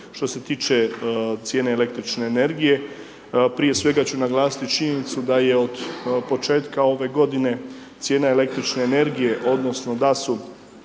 Što se tiče cijene električne energije, prije svega ću naglasiti činjenicu da je od početka ove godine cijena električne energije odnosno da su